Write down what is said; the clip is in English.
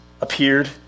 appeared